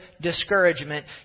discouragement